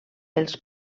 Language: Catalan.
els